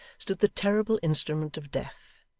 stood the terrible instrument of death.